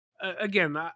Again